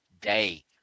day